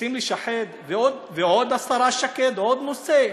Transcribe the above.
רוצים לשחד, השרה שקד, בעוד נושא?